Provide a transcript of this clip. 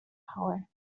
power